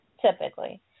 typically